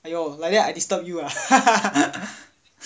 !aiyo! like that I disturb you ah